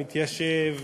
מתיישב,